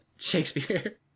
Shakespeare